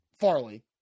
Farley